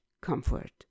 comfort